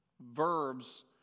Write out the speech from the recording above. verbs